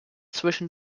zwischen